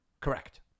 Correct